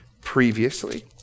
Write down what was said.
previously